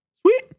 sweet